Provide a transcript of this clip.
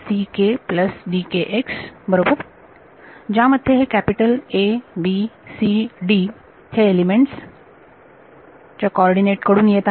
ज्यामध्ये हे capital A B C D हे एलिमेंट्स च्या कॉर्डीनेट कडून येत आहेत